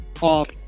off